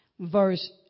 verse